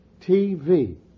TV